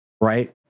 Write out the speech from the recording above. right